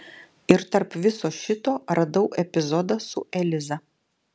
ir tarp viso šito radau epizodą su eliza